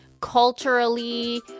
culturally